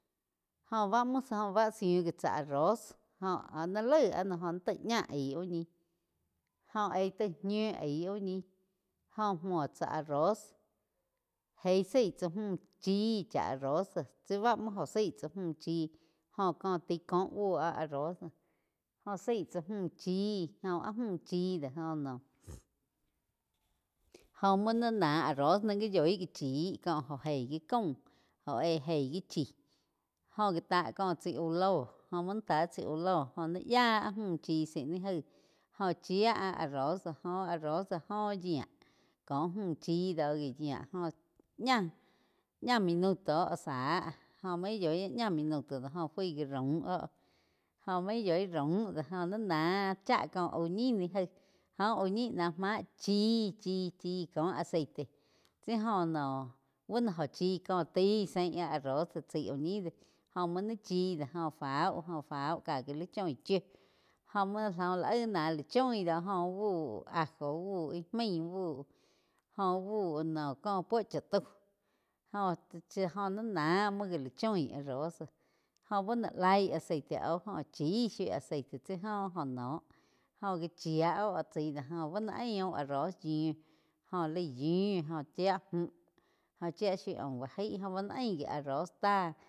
Óh bá muo zííh gui tsá arroz jo áh nai laig áh noh joh taig ñá aig úh ñi jo aig tai ñiu aig úh ñi. Jó múo tsá arroz eig zaí tsá múh chí chá arroz doh tsi bá muo óh zaí tsá múh chí jó có taí koh búo áh arroz joh zaí chá múh chí jóh áh muh chi do joh no jóh muo náih na arroz ni gá yoih gá chíh cóh go geí gi caum óh éh geih gi chí jó gá tá chai kó íh loh jó muo naí tá chai úh loh joh ní yáh áh múhh chí zaig ni jaíg jo chía áh arroz do joh arroz do joh yíah koh múh chi do ai yía joh ña-ña minuto záh jo main yói áah ña minuto do joh fui já raum óh jo main yoi raum do joh ní náh chá có úh ñih ni gaíg joh áh úh ñi ná máh chíh, chíh có aceite tsi óh noh bú no óh chí có tai zein áh arroz do chaí úh ni do jó muo nai chi do jo fau, jo fau ká gá la choin chiu jo mu. Jo lá aig náh choin do jo úh bu ajo úh bú íh maí úh buh jóh uh bu no có puo cha tau joh chia jo ni náh múo gá la choin arroz do jó buo nó laig aceite óh jo chih shiu aceite tsi óh jo noh jo gá chía óh chai do jo bá no aaium arroz yíu jó laig yiu joh chía múh jóh chía shiu aum bá jaig joh bá no ain gi arroz ta.